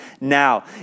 now